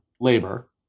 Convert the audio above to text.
labor